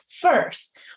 first